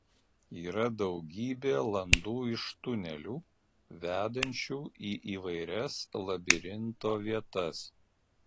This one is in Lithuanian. yra daugybė landų iš tunelių vedančių į įvairias labirinto vietas